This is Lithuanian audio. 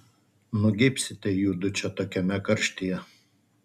nugeibsite judu čia tokiame karštyje